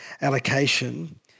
allocation